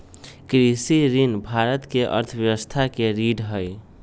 कृषि ऋण भारत के अर्थव्यवस्था के रीढ़ हई